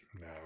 no